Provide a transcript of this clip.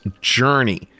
Journey